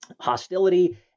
hostility